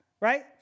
right